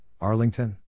Arlington